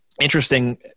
interesting